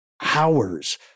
hours